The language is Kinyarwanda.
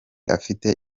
afite